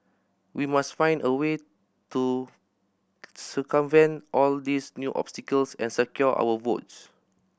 we must find a way to circumvent all these new obstacles and secure our votes